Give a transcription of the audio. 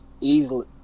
easily